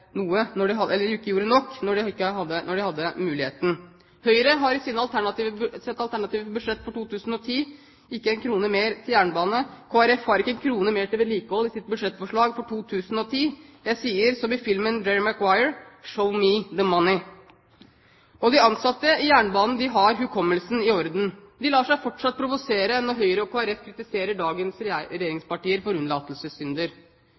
ikke gjorde nok da de hadde muligheten? Høyre har i sitt alternative budsjett for 2010 ikke en krone mer til jernbane, og Kristelig Folkeparti har ikke en krone mer til vedlikehold i sitt budsjettforslag for 2010. Jeg sier som i filmen Jerry Maguire: «Show me the money!» De ansatte i jernbanen har hukommelsen i orden. De lar seg fortsatt provosere når Høyre og Kristelig Folkeparti kritiserer dagens